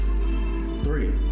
three